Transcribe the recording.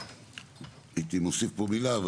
הייתי מוסיף פה מילה,